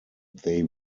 they